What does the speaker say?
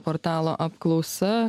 portalo apklausa